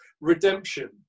redemption